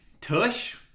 Tush